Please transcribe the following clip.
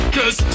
Cause